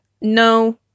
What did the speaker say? no